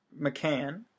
McCann